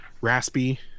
raspy